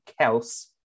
Kels